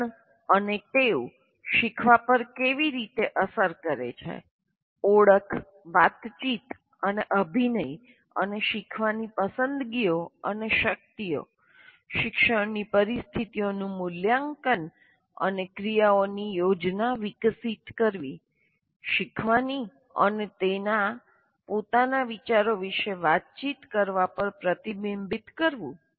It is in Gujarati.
વલણ અને ટેવ શીખવા પર કેવી રીતે અસર કરે છે ઓળખ વાતચીત અને અભિનય અને શીખવાની પસંદગીઓ અને શક્તિઓ શિક્ષણની પરિસ્થિતિઓનું મૂલ્યાંકન અને ક્રિયાઓની યોજના વિકસિત કરવી શીખવાની અને તેના પોતાના વિચારો વિશે વાતચીત કરવા પર પ્રતિબિંબિત કરવું